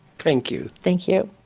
thank you. thank you.